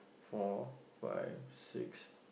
four five six